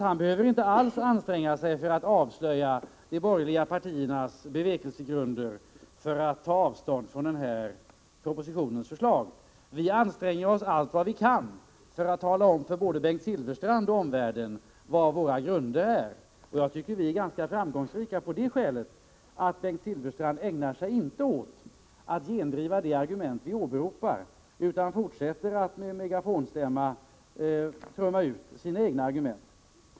Han behöver inte alls anstränga sig för att avslöja de borgerliga partiernas bevekelsegrunder för att ta avstånd från den här propositionens förslag. Vi anstränger oss allt vad vi kan för att tala om för både Bengt Silfverstrand och omvärlden vad våra grunder är. Jag tycker att vi är framgångsrika med tanke på att Bengt Silfverstrand inte ägnar sig åt att gendriva de argument som vi åberopar utan fortsätter med att med megafonstämma trumma ut sina egna argument.